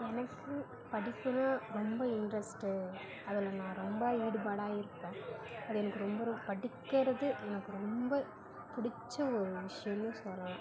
எனக்கு படிப்புன்னா ரொம்ப இன்ட்ரெஸ்ட்டு அதில் நான் ரொம்ப ஈடுபாடாக இருப்பேன் அது எனக்கு ரொம்ப ரொம்ப படிக்கிறது எனக்கு ரொம்ப பிடிச்ச ஒரு விஷயோனும் சொல்லலாம்